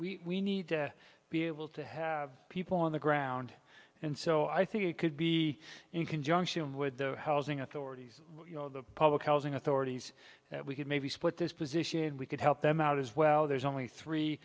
we need to be able to have people on the ground and so i think it could be in conjunction with the housing authorities the public housing authorities that we could maybe split this position and we could help them out as well there's only three